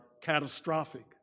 catastrophic